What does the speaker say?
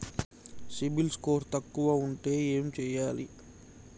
CIBIL score తక్కువ ఉంటే ఏం చేయాలి?